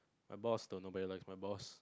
my boss don't know but he's like my boss